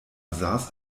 saß